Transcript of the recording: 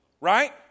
Right